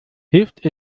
hilft